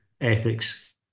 ethics